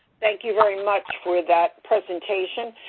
thank you very much for that presentation.